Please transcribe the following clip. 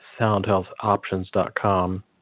soundhealthoptions.com